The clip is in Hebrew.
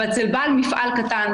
אבל אצל בעל מפעל קטן,